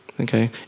Okay